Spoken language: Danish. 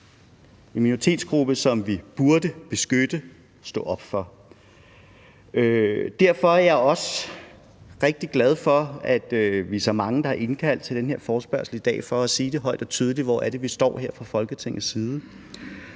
en minoritetsgruppe, som vi burde beskytte og stå op for. Derfor er jeg også rigtig glad for, at vi er så mange, der har indkaldt til den her forespørgselsdebat i dag for at sige højt og tydeligt, hvor det er, vi står her fra Folketingets side,